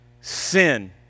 sin